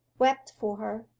wept for her,